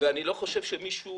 ואני לא חושב שמישהו